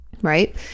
right